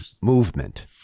movement